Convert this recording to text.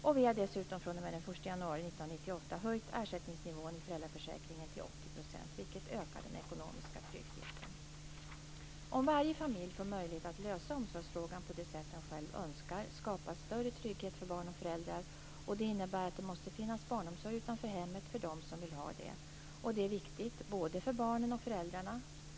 Vi har dessutom fr.o.m. den 1 januari 1998 höjt ersättningsnivån i föräldraförsäkringen till 80 %, vilket ökar den ekonomiska tryggheten. Om varje familj får möjlighet att ordna omsorgsfrågan på det sätt den själv önskar skapas större trygghet för barn och föräldrar. Det innebär att det måste finnas barnomsorg utanför hemmet för dem som vill ha det. Detta är viktigt både för barnen och för föräldrarna.